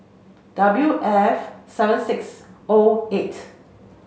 W F seven six O eight